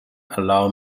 allow